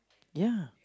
ya